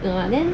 懂 mah then